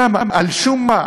למה, על שום מה?